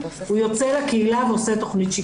הוא יוצא לקהילה ועושה תוכנית שיקום.